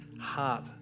heart